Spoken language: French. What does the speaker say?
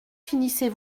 finissez